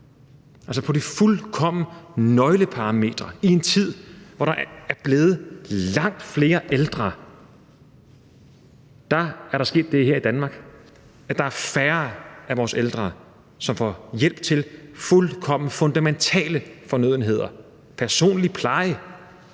Altså, på de fuldkommen fundamentale nøgleparametre i en tid, hvor der er blevet langt flere ældre, er der sket det i Danmark, at der er færre af vores ældre, som får hjælp til fuldkommen fundamentale fornødenheder: Personlig pleje,